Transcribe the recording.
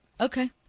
Okay